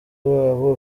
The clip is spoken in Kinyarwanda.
w’abo